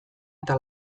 eta